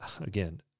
again